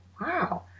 wow